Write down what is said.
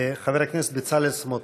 חבר הכנסת בצלאל סמוטריץ.